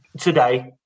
today